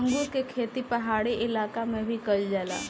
अंगूर के खेती पहाड़ी इलाका में भी कईल जाला